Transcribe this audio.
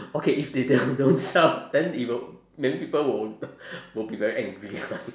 okay if they don't sell then it will then people will will be very angry